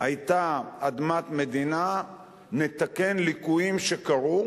היתה אדמת מדינה נתקן ליקויים שקרו,